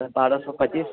बारह सओ पचीस